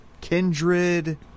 Kindred